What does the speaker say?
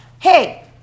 hey